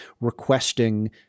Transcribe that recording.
requesting